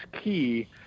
key